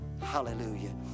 Hallelujah